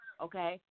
okay